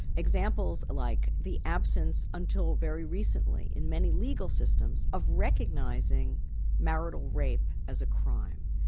examples like the absence until very recently, in many legal systems, of recognising marital rape as a crime.